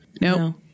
No